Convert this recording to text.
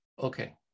Okay